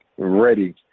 ready